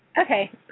okay